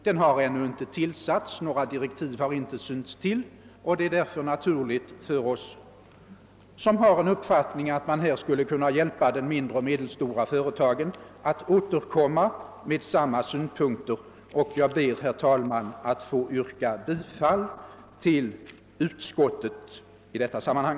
Den har ännu inte tillsatts, några direktiv har inte synts till, och det är därför naturligt för oss, som har den uppfattningen att man här skulle kunna hjälpa de mindre och medelstora företagen, att återkomma med samma synpunkter. Jag ber, herr talman, att få yrka bifall till utskottets hemställan i detta sammanhang.